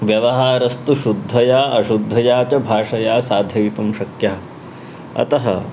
व्यवहारस्तु शुद्धया अशुद्धया च भाषया साधयितुं शक्यः अतः